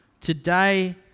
today